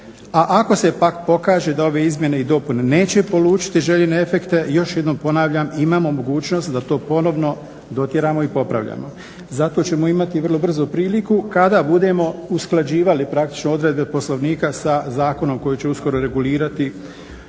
A ako se pak pokaže da ove izmjene i dopune neće polučiti željene efekte još jednom ponavljam imamo mogućnost da to ponovno dotjeramo i popravljamo. Zato ćemo imati vrlo brzo priliku kada budemo usklađivali praktično odredbe Poslovnika sa zakonom koji će uskoro regulirati